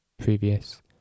previous